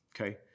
okay